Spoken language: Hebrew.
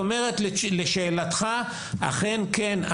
התשובה לשאלתך היא כן.